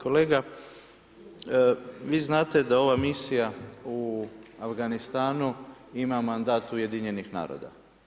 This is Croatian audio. Kolega vi znate da ova misija u Afganistanu ima mandat Ujedinjenih naroda.